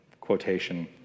quotation